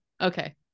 okay